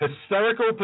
Hysterical